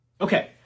Okay